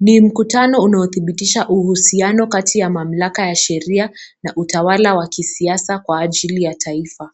Ni mkutano unaodhibitisha uhusiano katika mamlaka ya sheria na utawala wa kisiasa shughuli ya taifa.